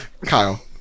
Kyle